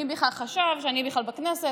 מי בכלל חשב שאהיה בכלל בכנסת,